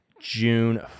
June